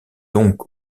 donc